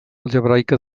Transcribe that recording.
algebraica